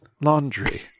laundry